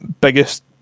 biggest